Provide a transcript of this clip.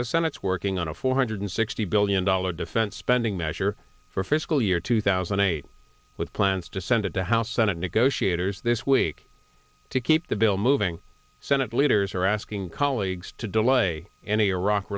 the senate's working on a four hundred sixty billion dollar defense spending measure for fiscal year two thousand and eight with plans to send it to house senate negotiators this week to keep the bill moving senate leaders are asking colleagues to delay in iraq